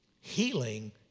Healing